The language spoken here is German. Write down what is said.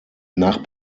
nach